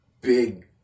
big